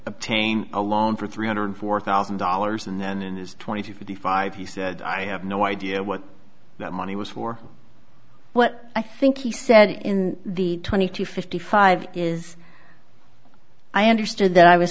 obtain along for three hundred four thousand dollars and then in his twenty fifty five he said i have no idea what that money was for what i think he said in the twenty to fifty five is i understood that i was